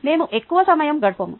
మేము ఎక్కువ సమయం గడపము